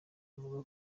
bavuga